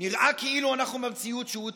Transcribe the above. נראה כאילו אנחנו במציאות שהוא תיאר.